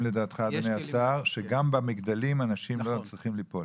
לדעתך יש כלים שגם במגדלים אנשים לא יפלו.